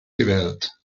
gewählt